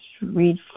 read